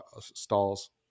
stalls